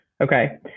Okay